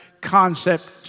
concept